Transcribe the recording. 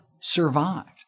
survived